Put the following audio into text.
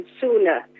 sooner